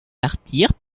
martyrs